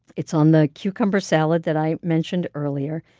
it's on the cucumber salad that i mentioned earlier,